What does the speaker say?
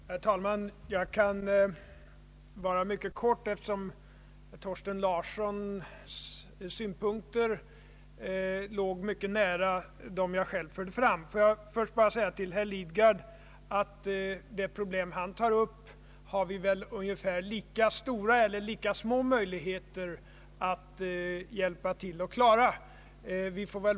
Herr talman! Jag kan fatta mig mycket kort eftersom herr Thorsten Larssons synpunkter ligger nära dem som jag själv förde fram. Låt mig emellertid först säga till herr Lidgard att det problem han tar upp har vi båda ungefär lika stora eller lika små möjligheter att hjälpa till att klara.